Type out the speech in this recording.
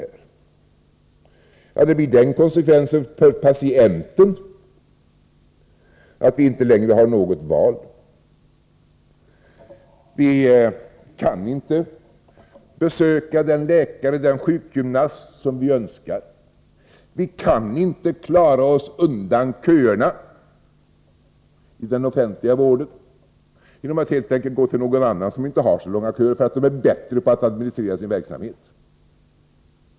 För oss patienter blir konsekvensen att vi inte längre har något val — vi kan inte besöka den läkare, sjukgymnast e. d. som vi önskar besöka, vi kan inte klara oss undan köer i den offentliga vården genom att helt enkelt gå till någon annan som inte har så långa köer därför att vederbörande är bättre på att administrera sin verksamhet.